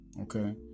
Okay